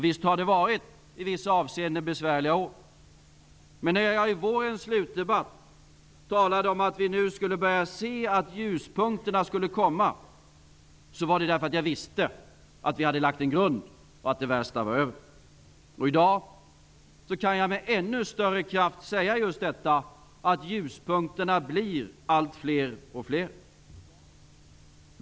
Visst har det i vissa avseenden varit besvärliga år, men när jag under vårens slutdebatt talade om att vi nu kunde börja se ljuspunkterna komma, var det därför att jag visste att vi hade lagt en grund och att det värsta var över. I dag kan jag med ännu större kraft säga just detta, att ljuspunkterna blir fler och fler.